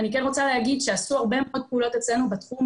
אני כן רוצה להגיד שעשו הרבה מאוד פעולות אצלנו בתחום.